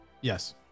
Yes